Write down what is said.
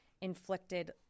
inflicted